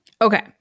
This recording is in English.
Okay